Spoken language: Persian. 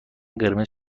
قرمز